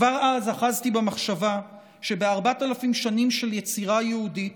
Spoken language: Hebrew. כבר אז אחזתי במחשבה שב-4,000 שנים של יצירה יהודית